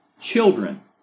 children